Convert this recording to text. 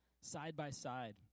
Side-by-side